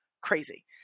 crazy